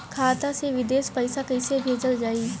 खाता से विदेश पैसा कैसे भेजल जाई?